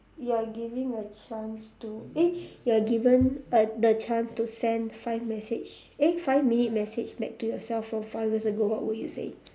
you're giving a chance to eh you're given a the chance to send five message eh five minute message back to yourself from five year ago what would you say